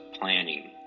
planning